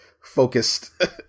focused